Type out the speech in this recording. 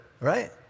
right